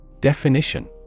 Definition